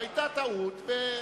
תודה רבה.